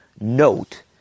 note